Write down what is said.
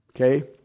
Okay